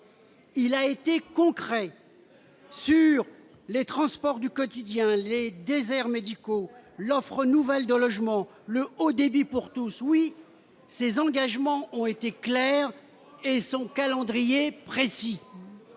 Il a été concret sur les transports du quotidien, les déserts médicaux l'offre nouvelle dans le logement, le haut débit pour tous, oui, ces engagements ont été clairs et sans calendrier précis.